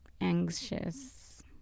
anxious